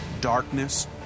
darkness